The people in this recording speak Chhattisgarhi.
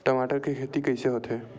टमाटर के खेती कइसे होथे?